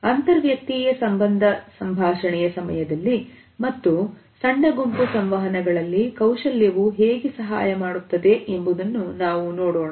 ಅಂತರ್ ವ್ಯಕ್ತೀಯ ಸಂಬಂಧ ಸಂಭಾಷಣೆಯ ಸಮಯದಲ್ಲಿ ಮತ್ತು ಸಣ್ಣ ಗುಂಪು ಸಂವಹನಗಳಲ್ಲಿ ಕೌಶಲ್ಯವು ಹೇಗೆ ಸಹಾಯ ಮಾಡುತ್ತದೆ ಎಂಬುದನ್ನು ನಾವು ನೋಡೋಣ